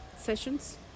sessions